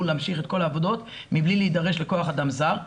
להמשיך את כל העבודות מבלי להידרש לכוח-אדם זר.